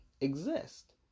exist